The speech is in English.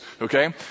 Okay